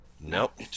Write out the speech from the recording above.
Nope